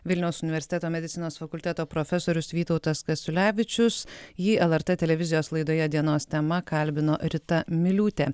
vilniaus universiteto medicinos fakulteto profesorius vytautas kasiulevičius jį lrt televizijos laidoje dienos tema kalbino rita miliūtė